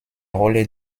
rolle